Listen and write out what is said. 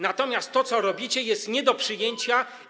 Natomiast to co robicie jest nie do przyjęcia.